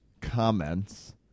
comments